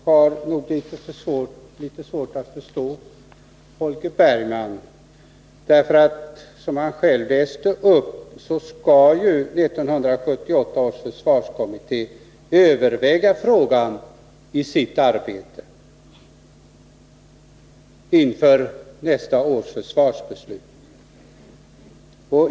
Herr talman! Jag har litet svårt att förstå Holger Bergman. Det är ju så, som han själv läste upp, att 1978 års försvarskommitté skall överväga den här frågan i sitt arbete inför nästa års försvarsbeslut.